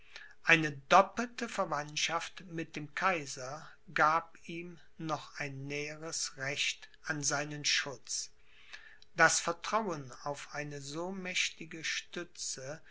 eine doppelte verwandtschaft mit dem kaiser gab ihm noch ein näheres recht an seinen schutz das vertrauen auf eine so mächtige stütze